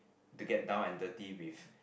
to get down and dirty with